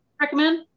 recommend